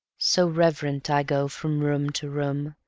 so reverent i go from room to room,